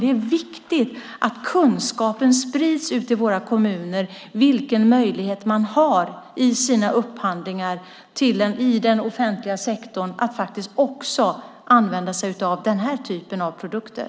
Det är viktigt att kunskapen sprids ut i våra kommuner om vilken möjlighet man i den offentliga sektorn har i sina upphandlingar att faktiskt också använda sig av den här typen av produkter.